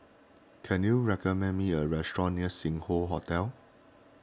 can you recommend me a restaurant near Sing Hoe Hotel